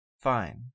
Fine